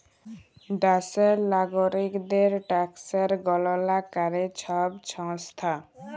দ্যাশের লাগরিকদের ট্যাকসের গললা ক্যরে ছব সংস্থা